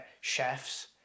chefs